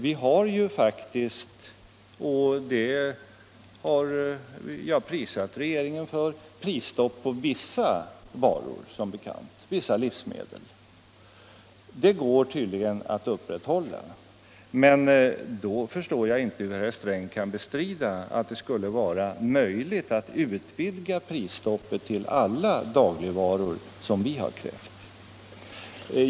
Vi har faktiskt som bekant — och det har jag prisat regeringen för — prisstopp på vissa livsmedel. Det går tydligen att upprätthålla. Då förstår jag inte att herr Sträng kan bestrida att det skulle vara möjligt att utvidga prisstoppet till alla dagligvaror, som vi har krävt.